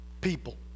People